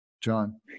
John